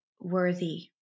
worthy